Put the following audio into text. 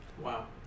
Wow